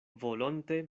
volonte